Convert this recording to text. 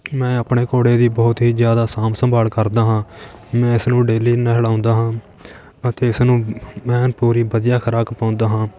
ਮੈਂ ਆਪਣੇ ਘੋੜੇ ਦੀ ਬਹੁਤ ਹੀ ਜ਼ਿਆਦਾ ਸਾਂਭ ਸੰਭਾਲ ਕਰਦਾ ਹਾਂ ਮੈਂ ਇਸ ਨੂੰ ਡੇਲੀ ਨਹਿਲਾਉਂਦਾ ਹਾਂ ਅਤੇ ਇਸਨੂੰ ਐਨ ਪੂਰੀ ਵਧੀਆ ਖੁਰਾਕ ਪਾਉਂਦਾ ਹਾਂ